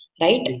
Right